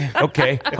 Okay